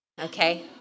Okay